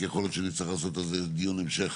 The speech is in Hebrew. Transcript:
כי יכול להיות שנצטרך לעשות על זה דיון המשך